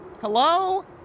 Hello